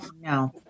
No